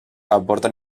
aporten